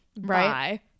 Right